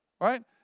right